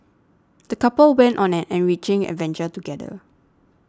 the couple went on an enriching adventure together